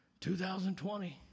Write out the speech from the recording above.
2020